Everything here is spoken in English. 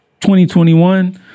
2021